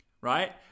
right